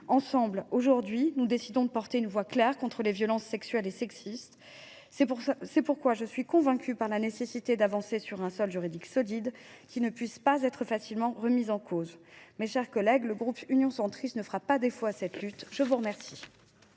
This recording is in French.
Ensemble, aujourd’hui, nous décidons de porter une voix claire contre les violences sexuelles et sexistes. C’est pourquoi je suis convaincue par la nécessité d’avancer sur un sol juridique solide, qui ne puisse pas être facilement remis en cause. Mes chers collègues, le groupe Union Centriste ne fera pas défaut dans cette lutte. La parole